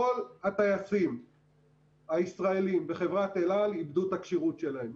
כל הטייסים הישראלים בחברת אל על איבדו את הכשירות שלהם.